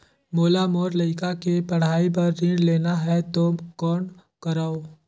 मोला मोर लइका के पढ़ाई बर ऋण लेना है तो कौन करव?